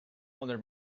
under